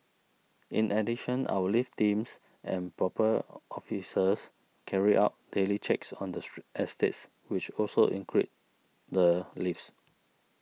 in addition our lift teams and proper officers carry out daily checks on the estates which also include the lifts